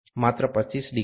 માત્ર 25 ડિગ્રી છે